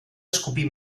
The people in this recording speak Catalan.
escopir